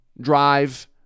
drive